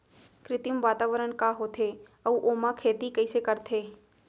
कृत्रिम वातावरण का होथे, अऊ ओमा खेती कइसे करथे?